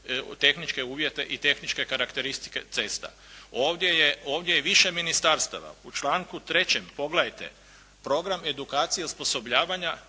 tehničke uvjete i tehničke karakteristike cesta. Ovdje je, ovdje je više ministarstava. U članku 3. pogledajte, program edukacije i osposobljavanja